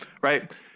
right